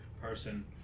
person